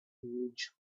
huge